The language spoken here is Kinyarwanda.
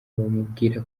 bamubwira